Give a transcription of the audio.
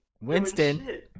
Winston